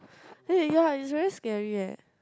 eh ya is very scary eh